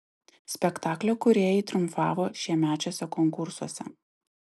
spektaklio kūrėjai triumfavo šiemečiuose konkursuose